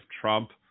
Trump